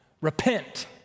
Repent